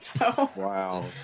Wow